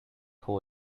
whole